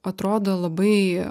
atrodo labai